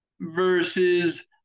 versus